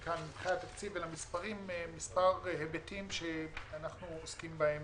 מספר היבטים שאנחנו עוסקים בהם